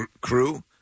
crew